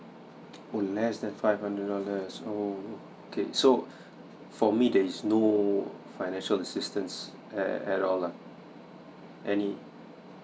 oh less than five hundred dollars oh so okay so for me there is no financial assistance at all lah any